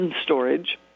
storage